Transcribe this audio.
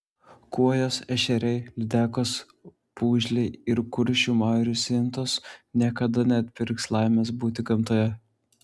kuojos ešeriai lydekos pūgžliai ir kuršių marių stintos niekada neatpirks laimės būti gamtoje